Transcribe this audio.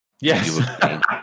Yes